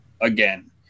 again